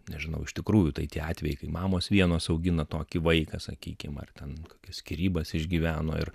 nežinau iš tikrųjų tai tie atvejai kai mamos vienos augina tokį vaiką sakykim ar ten skyrybas išgyveno ir